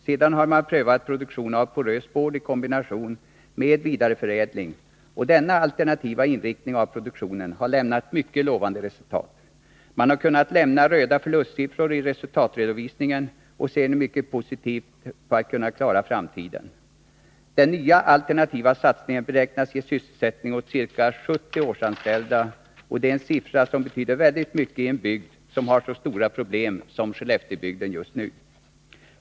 Sedan har man prövat produktion av porös board i kombination med en vidareförädling, och denna alternativa inriktning av produktionen har gett mycket lovande resultat. Man har kunnat lämna röda förlustsiffror i resultatredovisningen och ser nu mycket positivt på möjligheterna att klara framtiden. Den nya alternativa satsningen beräknas ge sysselsättning åt ca 70 årsanställda, och det är en siffra som betyder väldigt mycket i en bygd som har så stora problem som Skellefteåbygden har just nu.